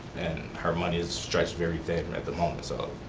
and her money is stretched very thin at the moment. so